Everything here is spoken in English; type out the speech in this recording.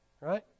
right